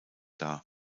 dar